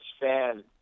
fan